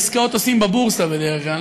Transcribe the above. עסקאות עושים בבורסה בדרך כלל.